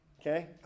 Okay